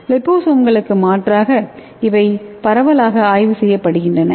லிபோசோம்களுக்கு மாற்றாக இவை பரவலாக ஆய்வு செய்யப்படுகின்றன